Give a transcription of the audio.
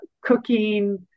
cooking